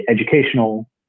educational